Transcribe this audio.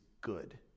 good